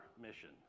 mission